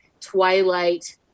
Twilight